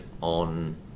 on